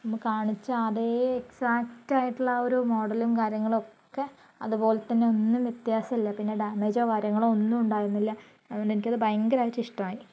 നമുക്ക് കാണിച്ച അതേ എക്സാക്ട് ആയിട്ടുള്ള ആ ഒരു മോഡലും കാര്യങ്ങളും ഒക്കെ അതുപോലെ തന്നെ ഒന്നും വ്യത്യാസമില്ല പിന്നെ ഡാമേജോ കാര്യങ്ങളോ ഒന്നും ഉണ്ടായിരുന്നില്ല അത് കൊണ്ട് എനിക്ക് അത് ഭയങ്കരമായിട്ട് ഇഷ്ടമായി